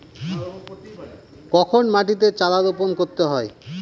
কখন মাটিতে চারা রোপণ করতে হয়?